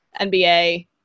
NBA